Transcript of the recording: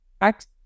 act